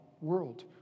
world